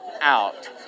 out